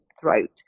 throat